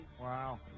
wow